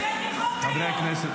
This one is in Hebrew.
למילואימניקים.